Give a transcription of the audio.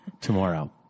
tomorrow